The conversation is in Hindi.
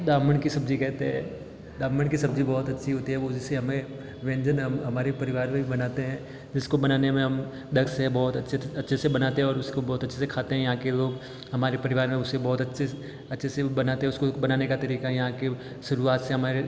दामण की सब्जी कहते है दामण की सब्जी बहुत अच्छी होती है उसी से हमें व्यंजन हमारे परिवार में बनाते है इसको बनाने में हम ढक से बहुत अच्छे से बनाते है और उसको बहुत अच्छे से खाते हैं यहाँ के लोग हमारे परिवार में उसे बहुत अच्छे से बनाते है उसको बनाने का तरीका यहाँ के शुरुआत से हमारे